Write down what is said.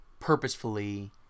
purposefully